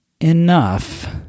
enough